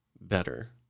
better